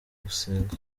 gusenga